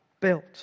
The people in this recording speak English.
built